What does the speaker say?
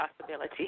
possibility